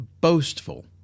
boastful